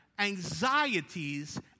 anxieties